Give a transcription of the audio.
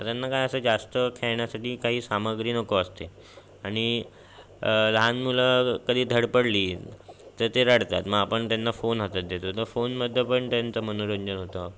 तर त्यांना काय असं जास्त खेळण्यासाठी काही सामग्री नको असते आणि लहान मुलं कधी धडपडली तर ते रडतात मग आपण त्यांना फोन हातात देतो तर फोनमध्ये पण त्यांचं मनोरंजन होतं